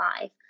life